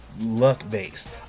luck-based